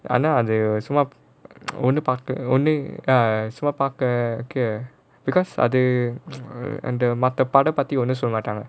அது சும்மா ஒன்னு பாக்க ஒன்னு:athu summa onnu paaka onnu ya சும்மா பாக்க:summa paaka okay because other மத்த படம் பத்தி ஒன்னும் சொல்ல மாட்டாங்க:matha padam pathi onnum solla maataanga